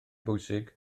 bwysig